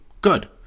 Good